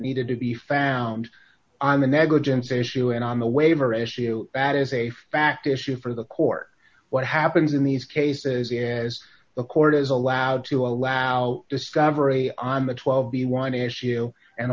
needed to be found on the negligence issue and on the waiver issue that is a fact issue for the court what happens in these cases as the court is allowed to allow discovery on the twelve the one issue and